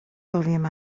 powiem